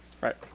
Right